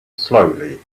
slowly